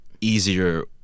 easier